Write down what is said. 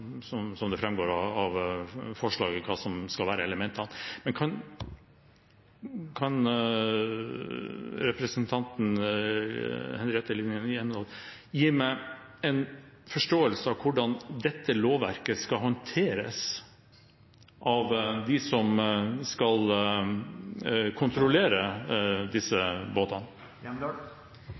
nevnt, som det fremgår av forslaget, hva som skal være de ulike elementene. Men kan representanten Line Henriette Hjemdal gi meg en forståelse av hvordan dette lovverket skal håndteres av dem som skal kontrollere